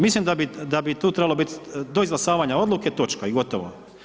Mislim da bi tu trebalo bit do „izglasavanja odluke“, točka i gotovo.